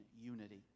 unity